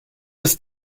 des